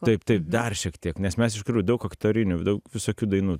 taip taip dar šiek tiek nes mes iš tikrųjų daug aktorinių daug visokių dainų